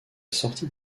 sortie